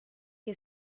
che